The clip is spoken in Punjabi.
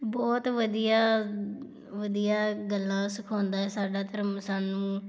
ਬਹੁਤ ਵਧੀਆ ਵਧੀਆ ਗੱਲਾਂ ਸਿਖਾਉਂਦਾ ਸਾਡਾ ਧਰਮ ਸਾਨੂੰ